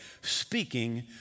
speaking